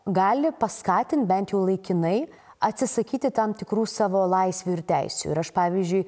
gali paskatint bent jau laikinai atsisakyti tam tikrų savo laisvių ir teisių ir aš pavyzdžiui